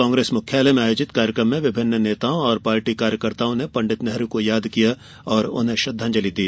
कांग्रेस प्रदेश मुख्यालय में आयोजित कार्यक्रम में नेताओं और पार्टी कार्यकर्ताओं ने पंडित नेहरू को याद किया और उन्हें श्रद्वांजलि दी